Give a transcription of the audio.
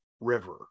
River